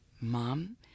mom